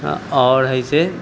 आओर हइ से